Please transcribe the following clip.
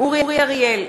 אורי אריאל,